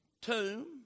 tomb